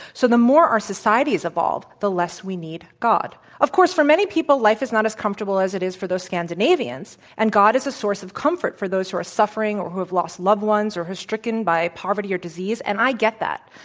so, the more our societies evolve, the less we need god. of course, for many people, life is not as comfortable as it is for those scandinavians, and god is a source of comfort for those who are suffering, or who have lost loved ones, or who are stricken by poverty or disease, and i get that.